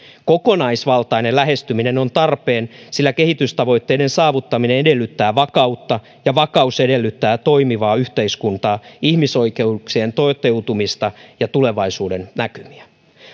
kokonaisvaltainen lähestyminen on tarpeen sillä kehitystavoitteiden saavuttaminen edellyttää vakautta ja vakaus edellyttää toimivaa yhteiskuntaa ihmisoikeuksien toteutumista ja tulevaisuudennäkymiä